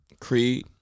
Creed